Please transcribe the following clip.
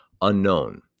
unknown